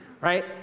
right